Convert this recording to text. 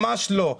ממש לא.